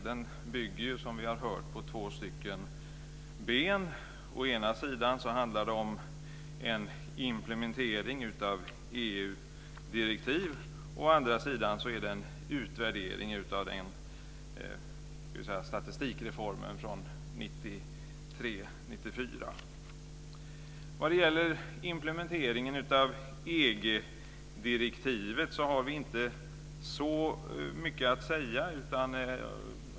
Propositionen står, som vi har hört, på två ben. Å ena sidan handlar det om en implementering av EG-direktiv, å andra sidan är det en utvärdering av statistikreformen från 1993-1994. Vad gäller implementeringen av EG-direktivet har vi inte så mycket att säga.